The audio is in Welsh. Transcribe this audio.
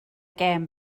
gêm